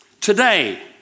Today